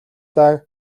даа